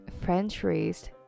French-raised